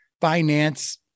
finance